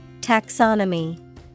Taxonomy